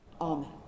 Amen